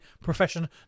profession